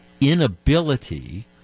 inability